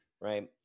Right